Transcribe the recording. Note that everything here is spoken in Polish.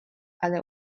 ale